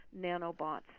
nanobots